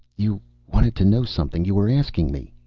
you wanted to know something. you were asking me.